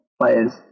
players